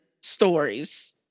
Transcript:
stories